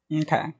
Okay